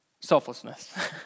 Selflessness